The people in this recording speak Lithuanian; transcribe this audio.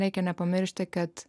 reikia nepamiršti kad